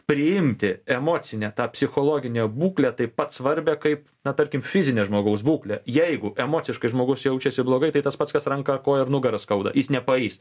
priimti emocinę tą psichologinę būklę taip pat svarbią kaip na tarkim fizinę žmogaus būklę jeigu emociškai žmogus jaučiasi blogai tai tas pats kas ranką koją ar nugarą skauda jis nepaeis